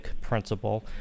principle